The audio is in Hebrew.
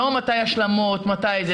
לא מתי השלמות או מתי זה,